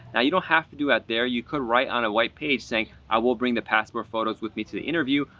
now you don't have to do that there. you could write on a white page saying i will bring the passport photos with me to the interview.